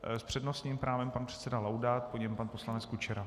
S přednostním právem pan předseda Laudát, po něm pan poslanec Kučera.